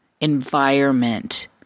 environment